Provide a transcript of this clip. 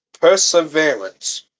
perseverance